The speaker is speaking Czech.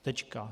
Tečka.